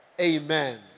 amen